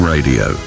Radio